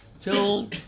till